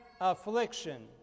affliction